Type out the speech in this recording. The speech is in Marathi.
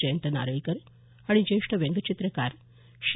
जयंत नारळीकर आणि ज्येष्ठ व्यंगचित्रकार शि